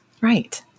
Right